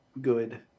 good